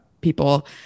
people